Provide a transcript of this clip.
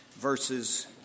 verses